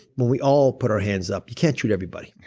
when we all put our hands up, you can't shoot everybody.